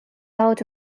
out